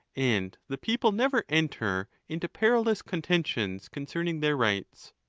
and the people never enter into perilous con tentions concerning their rights.